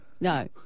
No